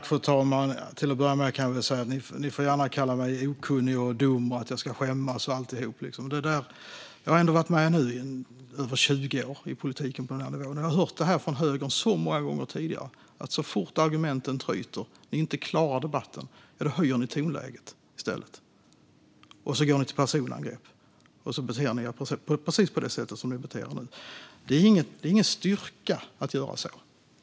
Fru talman! Till att börja med kan jag väl säga så här till de moderata debattörerna: Ni får gärna kalla mig okunnig och dum, säga att jag ska skämmas och så vidare. Jag har nu varit med i över 20 år i politiken på den här nivån och har hört det här från högern många gånger tidigare. Så fort argumenten tryter och ni inte klarar debatten höjer ni i stället tonläget, går till personangrepp och beter er precis som ni gör nu. Det är ingen styrka att göra så.